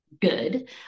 good